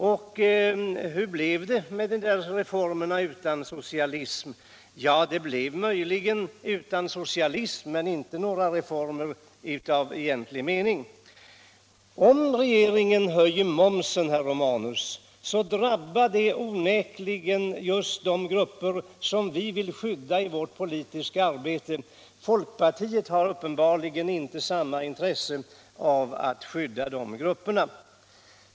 Och hur blev det med reformerna utan socialism? Ja, det blev möjligen utan socialism men inte några reformer i egentlig mening. Och om regeringen höjer momsen, herr Romanus, så drabbar det onekligen just de grupper som vi i vårt politiska arbete vill skydda. Folkpartiet har uppenbarligen inte samma intresse av att skydda de grupperna.